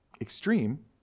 extreme